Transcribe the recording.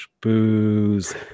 Booze